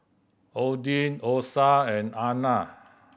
Odin Osa and Ana